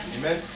Amen